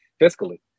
fiscally